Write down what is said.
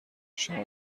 شما